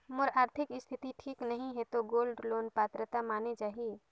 मोर आरथिक स्थिति ठीक नहीं है तो गोल्ड लोन पात्रता माने जाहि?